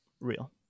Real